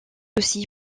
aussi